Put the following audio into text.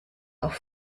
auf